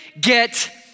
get